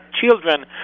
children